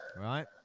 right